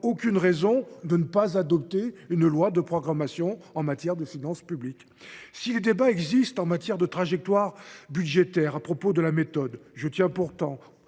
aucune raison de ne pas adopter une loi de programmation en matière de finances publiques. Si les débats existent en matière de trajectoires budgétaires à propos de la méthode, je tiens à